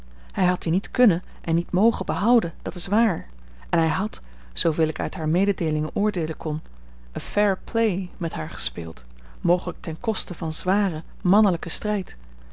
hij had die niet kunnen en niet mogen behouden dat is waar en hij had zooveel ik uit haar mededeelingen oordeelen kon a fair play met haar gespeeld mogelijk ten koste van zwaren mannelijken strijd